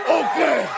okay